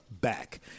back